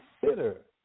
consider